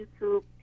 youtube